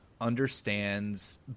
understands